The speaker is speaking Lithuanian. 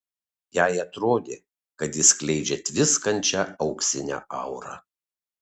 jai atrodė kad jis skleidžia tviskančią auksinę aurą